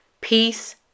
peace